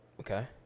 Okay